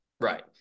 Right